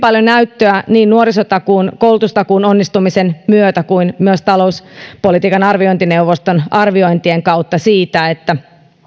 paljon näyttöä niin nuorisotakuun koulutustakuun onnistumisen kuin myös talouspolitiikan arviointineuvoston arviointien kautta siitä että